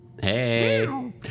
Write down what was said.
Hey